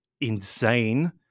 insane